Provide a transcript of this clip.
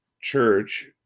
church